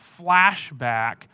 flashback